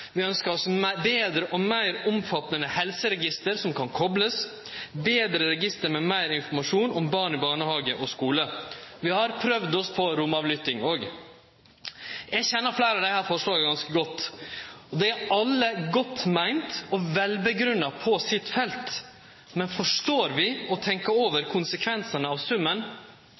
Vi ønskjer oss betre og meir omfattande helseregister som kan koplast, betre register med meir informasjon om barn i barnehage og skule. Vi har prøvd oss på romavlytting òg. Eg kjenner fleire av desse forslaga godt. Dei er alle godt meinte og vel grunngjevne på sitt felt. Men forstår vi og tenkjer vi over konsekvensane av summen?